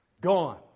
Gone